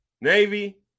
Navy